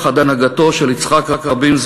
תחת הנהגתו של יצחק רבין,